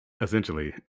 essentially